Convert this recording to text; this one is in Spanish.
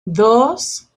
dos